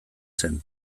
zen